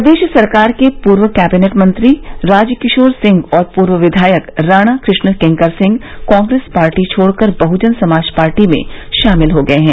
प्रदेश सरकार के पूर्व कैबिनेट मंत्री राजकिशोर सिंह और पूर्व क्वियायक राणा कृष्ण किंकर सिंह कांग्रेस पार्टी छोड़कर बहुजन समाज पार्टी में शामिल हो गए हैं